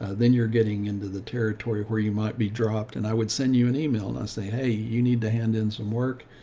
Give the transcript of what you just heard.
ah then you're getting into the territory where you might be dropped, and i would send you an email. and i say, hey, you need to hand in some work,